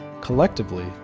Collectively